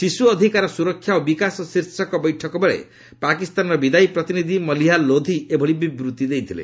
ଶିଶୁ ଅଧିକାର ସୁରକ୍ଷା ଓ ବିକାଶ ଶୀର୍ଷକ ବୈଠକବେଳେ ପାକିସ୍ତାନର ବିଦାୟୀ ପ୍ରତିନିଧି ମଲିହା ଲୋଧି ଏଭଳି ବିବୃଭି ଦେଇଥିଲେ